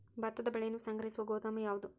ಭತ್ತದ ಬೆಳೆಯನ್ನು ಸಂಗ್ರಹಿಸುವ ಗೋದಾಮು ಯಾವದು?